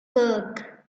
work